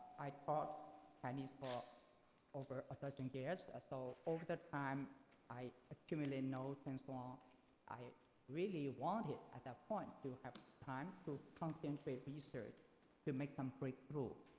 i taught chinese for over a dozen years or so. over the time i accumulated notes, and so um i really wanted at that point to have time to concentrate research to make some breakthrough.